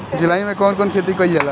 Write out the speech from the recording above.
जुलाई मे कउन कउन खेती कईल जाला?